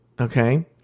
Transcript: okay